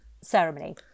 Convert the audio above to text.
ceremony